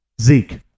Zeke